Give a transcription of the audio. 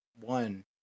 one